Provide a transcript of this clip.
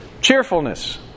Cheerfulness